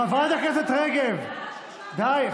חברת הכנסת רגב, די.